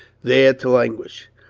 there to languish.